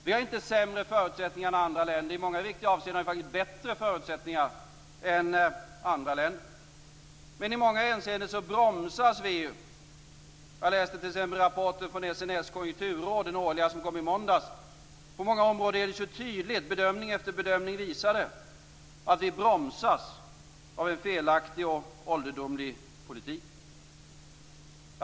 Vi har inte sämre förutsättningar än andra länder. I många viktiga avseenden har vi faktiskt bättre förutsättningar än andra länder. Men i många hänseenden bromsas vi. Jag läste t.ex. den årliga rapporten från SNS konjunkturråd som kom i måndags. På många områden är det så tydligt. Bedömning efter bedömning visade att vi bromsas av en felaktig och ålderdomlig politik.